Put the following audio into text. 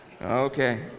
Okay